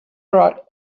brought